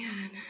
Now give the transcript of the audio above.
man